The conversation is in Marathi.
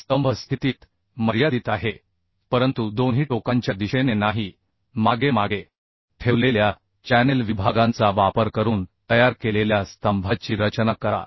स्तंभ स्थितीत मर्यादित आहे परंतु दोन्ही टोकांच्या दिशेने नाही एकामागून एक जोडले जातात चॅनेल विभागांचा वापर करून तयार केलेल्या स्तंभाची रचना करा